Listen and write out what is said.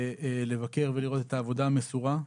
לבקר ולראות את העבודה המסורה.